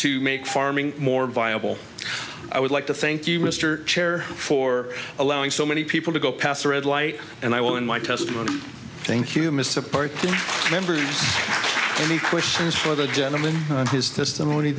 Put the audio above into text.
to make farming more viable i would like to thank you mr chair for allowing so many people to go past a red light and i will in my testimony think you miss a party member any questions for the gentleman and his testimony